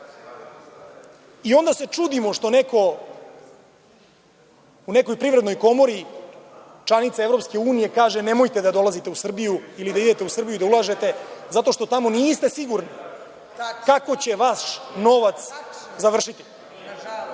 i onda se čudimo što neko u nekoj privrednoj komori članica EU kaže – nemojte da dolazite u Srbiju ili da idete u Srbiju i da ulažete zato što tamo niste sigurni kako će vaš novac završiti,